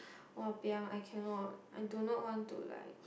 !wahpiang! I cannot I do not want to like